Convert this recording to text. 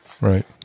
Right